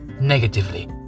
negatively